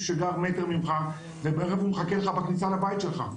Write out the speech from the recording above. שגר מטר ממך ובערב הוא מחכה לך בכניסה לבית שלך.